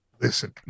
Listen